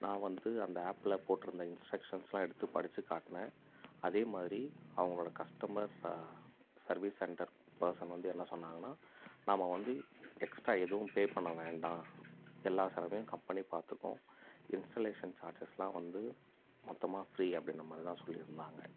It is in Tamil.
நான் வந்து அந்த ஆப்பில் போட்டிருந்த இன்ஸ்ட்ரக்ஸன்ஸெலாம் எடுத்து படித்து காட்டினேன் அதேமாதிரி அவங்களோட கஸ்டமர் சர்வீஸ் சென்டர் பர்சன் வந்து என்ன சொன்னாங்கன்னால் நாம வந்து எக்ஸ்ட்ரா எதுவும் பே பண்ண வேண்டாம் எல்லா செலவையும் கம்பெனி பார்த்துக்கும் இஸ்டலேஸன் சார்ஜஸ்லாம் வந்து மொத்தமாக ஃப்ரீ அப்படின்ற மாதிரி தான் சொல்லியிருந்தாங்க